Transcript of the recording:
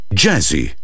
jazzy